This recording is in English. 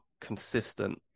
consistent